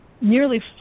nearly